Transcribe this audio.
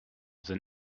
than